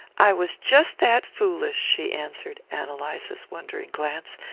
i was just that foolish, she answered ann eliza's wondering glance,